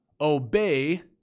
obey